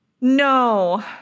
No